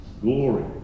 glory